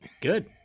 Good